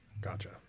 Gotcha